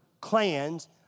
clans